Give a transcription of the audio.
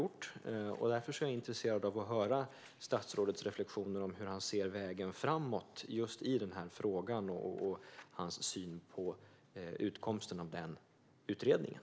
Jag är därför intresserad av att höra statsrådets reflektioner om hur han ser på vägen framåt i den här frågan och om hans syn på resultatet av utredningen.